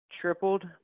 tripled